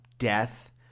death